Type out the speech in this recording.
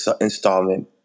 installment